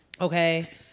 Okay